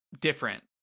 different